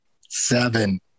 Seven